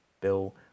bill